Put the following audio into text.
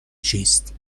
چیست